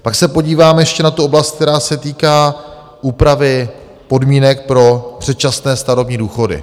Pak se podíváme ještě na tu oblast, která se týká úpravy podmínek pro předčasné starobní důchody.